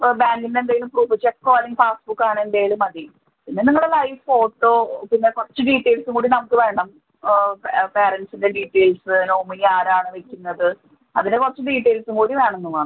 ബാങ്കിൻ്റ എന്തെങ്കിലും പ്രൂഫ് ചെക്കോ അല്ലെങ്കിൽ പാസ്സ്ബുക്കോ എന്തെങ്കിലും മതി പിന്നെ നിങ്ങളെ ലൈവ് ഫോട്ടോ പിന്നെ കുറച്ച് ഡീറ്റെയിൽസും കൂടി നമുക്ക് വേണം ആ പാരൻ്റ്സിൻ്റെ ഡീറ്റെയിൽസ് നോമിനി ആരാണ് വയ്ക്കുന്നത് അതിന് കുറച്ച് ഡീറ്റെയിൽസും കൂടി വേണം എന്നു മാത്രം